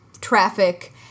traffic